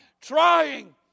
trying